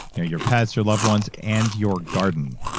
your your pets, your loved ones, and your garden.